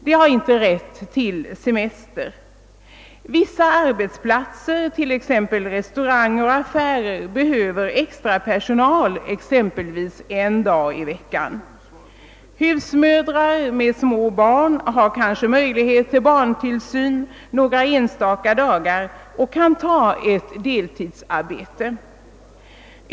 De har inte rätt till semester. Vissa arbetsplatser, t.ex. restauranger och affärer, behöver extrapersonal exempelvis en dag i veckan. Husmödrar med små barn har kanske möjlighet till barntillsyn några enstaka dagar och kan ta ett deltidsarbete.